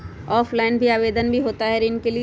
Offline भी आवेदन भी होता है ऋण के लिए?